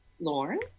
Lauren